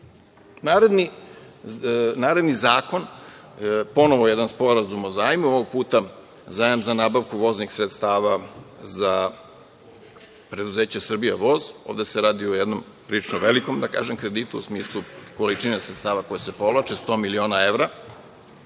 godine. Naredni zakon, ponovo jedan sporazum o zajmu, ovog puta zajam za nabavku voznih sredstava za preduzeće "Srbija voz". Ovde se radi o jednom prilično velikom, da kažem, kreditu, u smislu količine sredstava koja se povlače, 100 miliona evra,